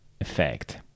effect